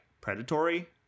predatory